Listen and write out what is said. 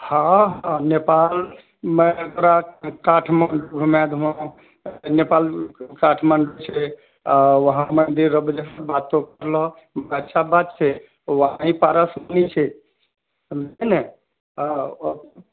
हँ नेपालमे तोरा काठमाण्डु घुमाए देबौ नेपाल काण्ठमाण्डू आ वहांँ व्यवस्था बात छै छै नहि नहि हँ